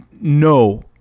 no